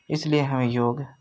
इसलिए हमें योग